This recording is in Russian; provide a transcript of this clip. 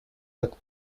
как